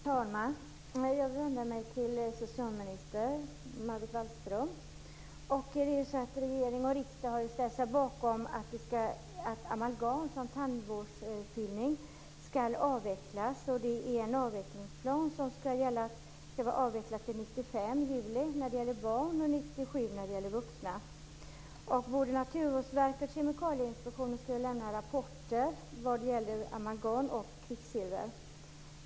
Herr talman! Jag vill vända mig till socialminister Margot Wallström. Det är ju så att regering och riksdag har ställt sig bakom att amalgam som tandvårdsfyllning skall avvecklas. Enligt den avvecklingsplan som skall gälla skall det vara avvecklat till juli 1995 när det gäller barn och till 1997 när det gäller vuxna. Både Naturvårdsverket och Kemikalieinspektionen skulle lämna rapporter vad gäller amalgam och kvicksilver.